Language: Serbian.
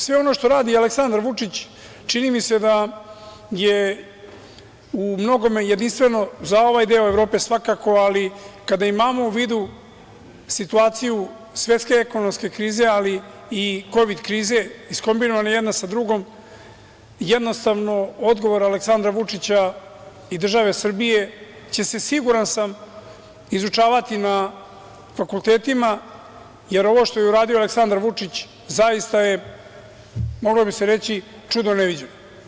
Sve ono što radi Aleksandar Vučić čini mi se da je u mnogome jedinstveno za ovaj deo Evrope, svakako, ali kada imamo u vidu situaciju svetske ekonomske krize ali i kovid krize, iskombinovane jedna sa drugom, jednostavno odgovor Aleksandra Vučića i države Srbije će se, siguran sam, izučavati na fakultetima, jer ovo što je uradio Aleksandar Vučić zaista je, moglo bi se reći, čudo neviđeno.